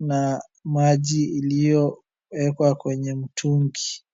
na maji iliyowekwa kwenye mtungi.